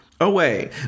away